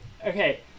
Okay